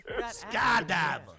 skydiver